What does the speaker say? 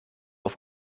auf